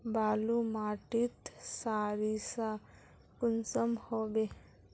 बालू माटित सारीसा कुंसम होबे?